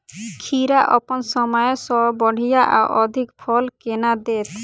खीरा अप्पन समय सँ बढ़िया आ अधिक फल केना देत?